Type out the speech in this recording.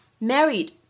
married